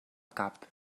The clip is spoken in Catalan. cap